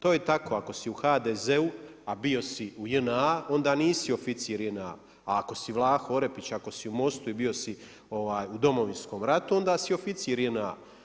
To je tako ako si u HDZ-u a bio si u JNA onda nisi oficir u JNA, a ako si Vlaho Orepić, ako si u MOST-u i bio si u Domovinskom ratu, onda si oficir JNA.